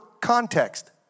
context